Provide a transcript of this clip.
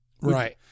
right